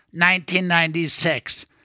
1996